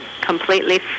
completely